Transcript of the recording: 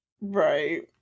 Right